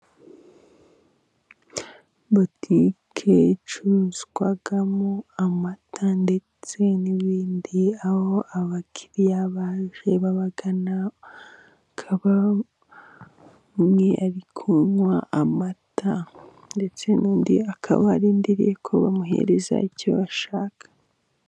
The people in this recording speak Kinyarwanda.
Butike icururizwamo amata ndetse n'ibindi. Aho abakiriya baje babagana umwe akaba ari kunywa amata ndetse n'undi akaba arindirindiriye ko bamuhereza icyo bashaka.